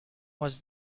was